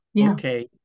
Okay